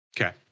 okay